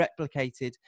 replicated